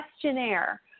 questionnaire